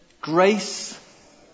Grace